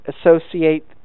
associate